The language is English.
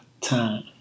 time